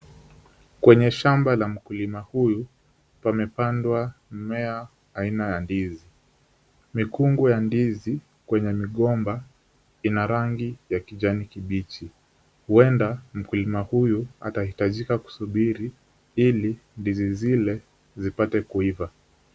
Kwenye shamba la mkulima huyu pamepandwa mmea aina ya ndizi. Mikungu ya ndizi kwenye migomba ina rangi ya kijani kibichi huenda mkulima huyu atahitajika kusubiri ili ndizi zile zipate kuiva.